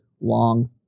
long